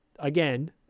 again